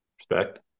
Respect